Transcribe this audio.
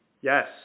yes